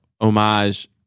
homage